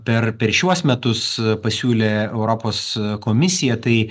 per per šiuos metus pasiūlė europos komisija tai